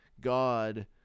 God